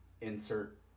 insert